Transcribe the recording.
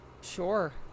sure